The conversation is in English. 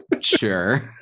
Sure